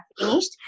finished